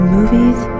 Movies